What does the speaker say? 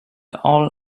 all